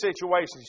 situations